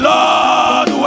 Lord